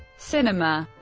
cinema